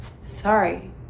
sorry